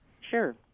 Sure